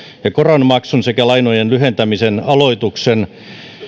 ja koron maksun sekä lainojen lyhentämisen aloituksen